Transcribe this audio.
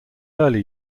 early